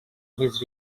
his